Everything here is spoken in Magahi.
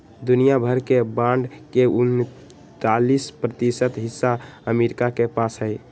दुनिया भर के बांड के उन्तालीस प्रतिशत हिस्सा अमरीका के पास हई